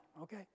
Okay